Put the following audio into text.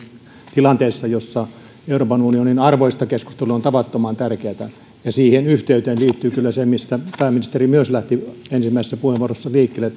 tilanteessa jossa euroopan unionin arvoista keskusteleminen on tavattoman tärkeätä ja siihen yhteyteen liittyy kyllä populismin ongelma mistä myös pääministeri lähti ensimmäisessä puheenvuorossaan liikkeelle